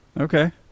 Okay